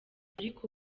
ariko